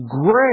great